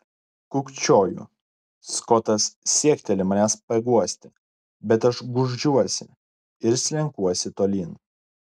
kūkčioju skotas siekteli manęs paguosti bet aš gūžiuosi ir slenkuosi tolyn